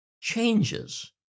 changes